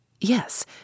Yes